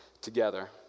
together